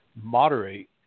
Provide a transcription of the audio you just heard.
moderate